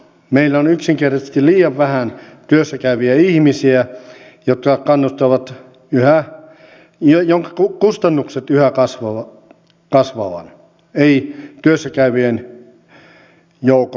meillä on yksinkertaisesti liian vähän työssäkäyviä ihmisiä jotka kustantavat yhä kasvavan ei työssä käyvän joukon elämän